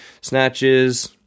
snatches